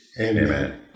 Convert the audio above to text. Amen